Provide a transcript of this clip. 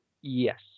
yes